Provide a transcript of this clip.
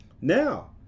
Now